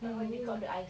mm mm